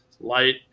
Light